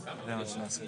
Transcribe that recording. בנוסף אנחנו